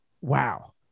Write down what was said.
wow